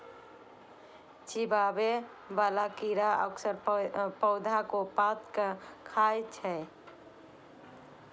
चिबाबै बला कीड़ा अक्सर पौधा के पात कें खाय छै